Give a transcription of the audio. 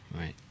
Right